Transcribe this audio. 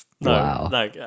Wow